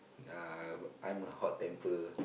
uh I'm a hot temper